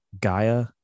Gaia